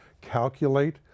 calculate